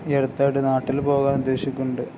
ഈ അടുത്തായിട്ട് നാട്ടിൽ പോകാൻ ഉദ്ദേശിക്കുന്നുണ്ട്